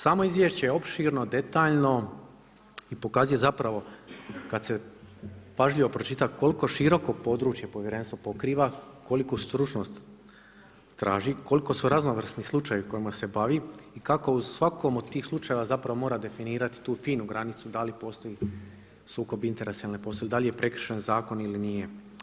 Samo izvješće je opširno, detaljno i pokazuje zapravo kad se pažljivo pročita koliko široko područje povjerenstvo pokriva, koliku stručnost traži, koliko su raznovrsni slučajevi kojima se bavi i kako u svakom od tih slučajeva zapravo mora definirati tu finu granicu da li postoji sukob interesa ili ne postoji, da li je prekršen zakon ili nije.